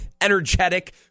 energetic